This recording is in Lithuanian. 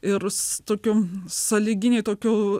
ir su tokiu sąlyginiai tokiu